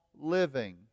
living